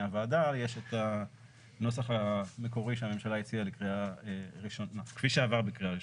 יש הנוסח המקורי שהממשלה הציעה כפי שעבר בקריאה ראשונה.